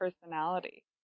personality